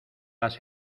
las